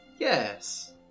Yes